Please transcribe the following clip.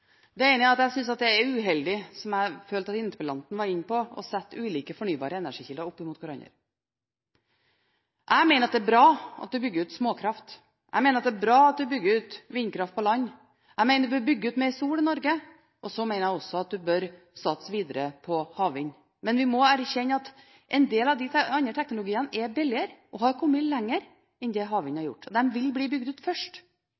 Det ene er at jeg syns det er uheldig, som jeg følte at interpellanten var inne på, å sette ulike fornybare energikilder opp mot hverandre. Jeg mener at det er bra at en bygger ut småkraft, jeg mener at det er bra at en bygger ut vindkraft på land, jeg mener en bør bygge ut mer solkraft i Norge, og så mener jeg også at en bør satse videre på havvind. Men vi må erkjenne at en del av de andre teknologiene er billigere og har kommet lenger enn det havvind har gjort. De vil bli bygd ut først,